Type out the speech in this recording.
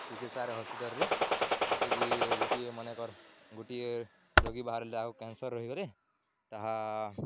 ଚିକିତ୍ସାରେ ହସ୍ପିଟାଲ୍ରେ ଯେତେ ବିି ଗୋଟିଏ ମନେକର ଗୋଟିଏ ରୋଗୀ ବାହାରିଲେ ଯାହାକୁ କ୍ୟାନ୍ସର ରହିଗଲେ ତାହା